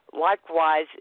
Likewise